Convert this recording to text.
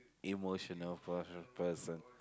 emotional person person